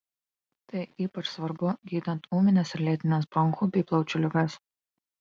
tai ypač svarbu gydant ūmines ir lėtines bronchų bei plaučių ligas